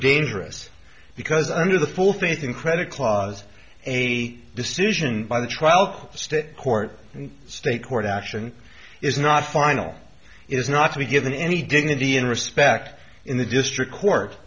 dangerous because under the full faith and credit clause eighty decision by the trial state court and state court action is not final it is not to be given any dignity and respect in the district court